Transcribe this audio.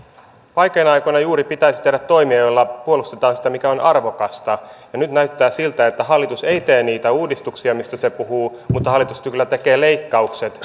vaikeina aikoina juuri pitäisi tehdä toimia joilla puolustetaan sitä mikä on arvokasta ja nyt näyttää siltä että hallitus ei tee niitä uudistuksia mistä se puhuu mutta hallitus kyllä tekee leikkaukset